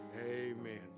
Amen